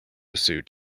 suit